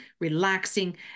relaxing